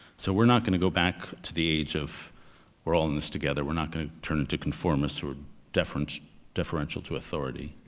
so we're not going to go back to the age of we're all in this together. we're not going to turn into conformists or deferential deferential to authority,